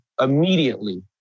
immediately